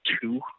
two